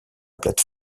plate